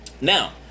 Now